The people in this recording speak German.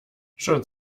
schon